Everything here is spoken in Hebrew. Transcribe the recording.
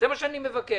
זה מה שאני מבקש.